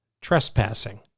trespassing